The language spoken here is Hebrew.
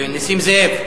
נסים זאב.